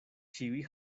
ĉiuj